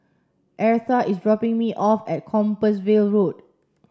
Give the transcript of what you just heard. Eartha is dropping me off at Compassvale Road